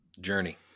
Journey